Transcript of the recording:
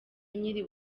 nyiri